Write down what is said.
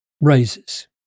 raises